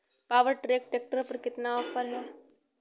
Power track tractor पर कितना offer है?